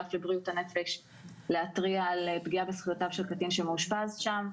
האגף לבריאות הנפש להתריע על פגיעה בזכויותיו של קטין שמאושפז שם.